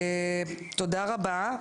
תשובה.